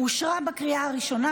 אושרה בקריאה הראשונה,